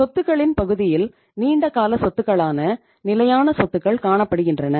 சொத்துக்களின் பகுதியில் நீண்டகால சொத்துக்களான நிலையான சொத்துக்கள் காணப்படுகின்றன